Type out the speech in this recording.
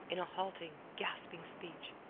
in a halting, gasping speech.